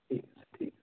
ঠিক আছে ঠিক আছে